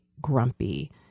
grumpy